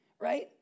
Right